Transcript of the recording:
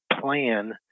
plan